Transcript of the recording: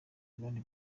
abandi